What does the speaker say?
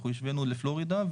אנחנו השווינו לפלורידה,